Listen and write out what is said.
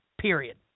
period